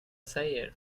säger